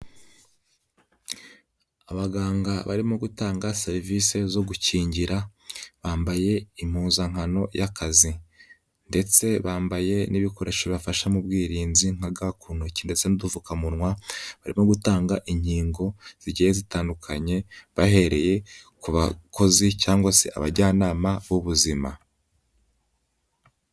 Abaganga barimo gutanga serivisi zo gukingira, bambaye impuzankano y'akazi ndetse bambaye n'ibikoresho bafasha mu bwirinzi na gant ku ntoki ndetse n'udupfukamunwa, bari no gutanga inkingo zigiye zitandukanye bahereye ku bakozi cyangwa se abajyanama b'ubuzima.